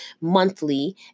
monthly